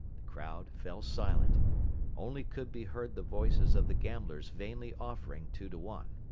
the crowd fell silent only could be heard the voices of the gamblers vainly offering two to one.